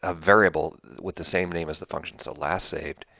ah variable with the same name as the function. so lastsaved